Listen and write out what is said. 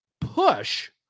push